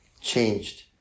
changed